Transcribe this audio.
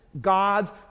God's